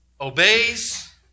obeys